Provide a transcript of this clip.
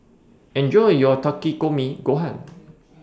Enjoy your Takikomi Gohan